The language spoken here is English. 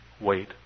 Wait